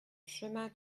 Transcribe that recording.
chemin